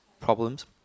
problems